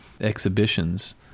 exhibitions